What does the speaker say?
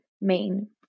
main